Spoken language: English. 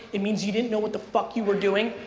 it means you didn't know what the fuck you were doing.